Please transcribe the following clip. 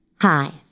Hi